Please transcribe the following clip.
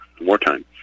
wartime